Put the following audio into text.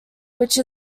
which